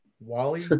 wally